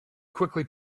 quickly